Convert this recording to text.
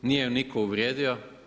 Nije ju nitko uvrijedio.